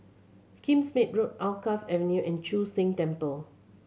Kingsmead Road Alkaff Avenue and Chu Sheng Temple